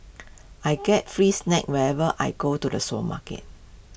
I get free snacks whenever I go to the supermarket